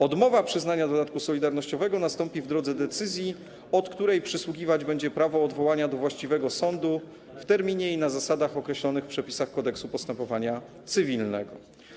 Odmowa przyznania dodatku solidarnościowego nastąpi w drodze decyzji, od której przysługiwać będzie prawo odwołania do właściwego sądu w terminie i na zasadach określonych w przepisach Kodeksu postępowania cywilnego.